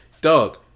Doug